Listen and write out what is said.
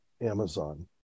Amazon